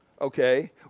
okay